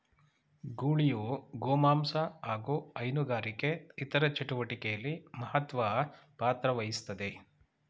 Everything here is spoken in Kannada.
ಗೂಳಿಯು ಗೋಮಾಂಸ ಹಾಗು ಹೈನುಗಾರಿಕೆ ಇತರ ಚಟುವಟಿಕೆಲಿ ಮಹತ್ವ ಪಾತ್ರವಹಿಸ್ತದೆ